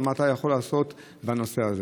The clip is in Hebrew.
מה אתה יכול לעשות בנושא הזה?